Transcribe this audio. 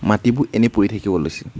মাটিবোৰ এনেই পৰি থাকিব লৈছে